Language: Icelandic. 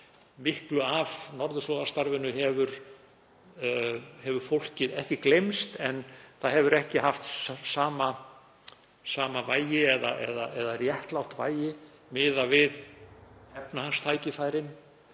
miklu af norðurslóðastarfinu hefur fólkið ekki gleymst en það hefur ekki haft sama vægi eða réttlátt vægi miðað við efnahagstækifærin.